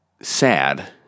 Sad